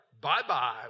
Bye-bye